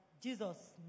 Jesus